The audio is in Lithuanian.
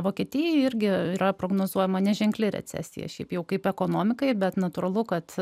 vokietijoje irgi yra prognozuojama neženkli recesija šiaip jau kaip ekonomikai bet natūralu kad